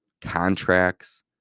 contracts